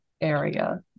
area